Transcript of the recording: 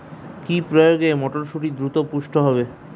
কি প্রয়োগে মটরসুটি দ্রুত পুষ্ট হবে?